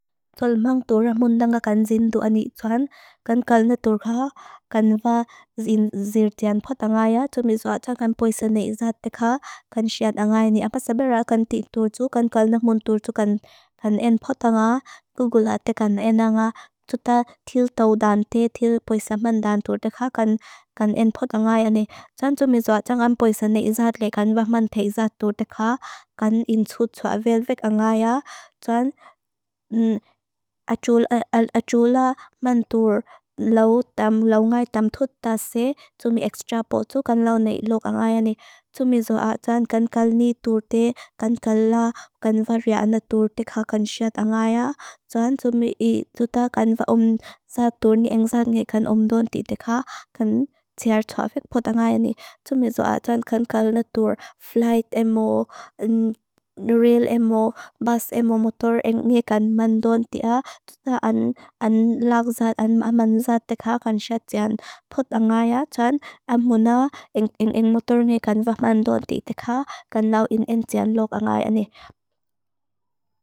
Tolmang tu rahmundanga kan zin duani tsuan. Kan kalna turga, kan va zin zirtian pota nga ya. Tumizua tsa kan poisa neizat deka. Kan siat nga ini. Apasabera kan titur tsu, kan kalna humundur tsu, kan en pota nga. Gugulate kan en nga. Tuta til tau dan te, til poisa mandan tur deka. Kan en pota nga ini. Tumizua tsa kan poisa neizat deka. Kan vahman theizat tur deka. Kan in tsut tsua velvek nga ya. Tsuan ajula mandur lau tam lau ngay tam tuta se. Tumizua tsa ekstra potu kan lau neilok nga ya. Tumizua tsa kan kalni tur de, kan kal lau, kan va ria na tur deka. Kan siat nga ya. Tumizua tsa kan va um za tur ni engzat nge kan umdonti deka. Kan tsiar tsua velvek pota nga ya. Tumizua tsa kan kalni tur flight emu, rail emu, bus emu, motor eng nge kan mandonti ya. Tuta an lagzat, an manzat deka. Kan siat tsian pota nga ya. Tsa en muna eng motor nge kan vahmandonti deka. Kan lau in en tsian lok nga ya ni.